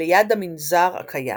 ליד המנזר הקיים.